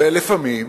ולפעמים